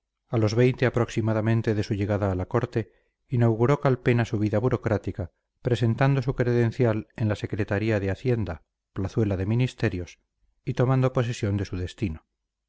a los veinte próximamente de su llegada a la corte inauguró calpena su vida burocrática presentando su credencial en la secretaría de hacienda plazuela de ministerios y tomando posesión de su destino